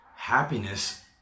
happiness